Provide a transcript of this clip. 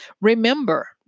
Remember